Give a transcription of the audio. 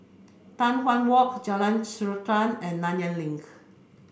Tai Hwan Walk Jalan Srantan and Nanyang Link